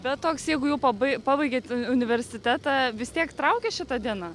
bet toks jeigu jau pabai pabaigėt universitetą vis tiek traukia šita diena